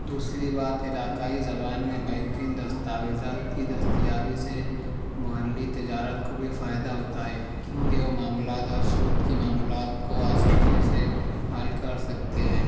دوسری بات علاقائی زبان میں بینکنگ دستاویزات کی دستیابی سے محلِّ تجارت کو بھی فائدہ ہوتا ہے کیوں کہ وہ معاملات اور سود کی معاملات کو آسانی سے حل کر سکتے ہیں